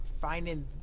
finding